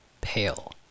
pale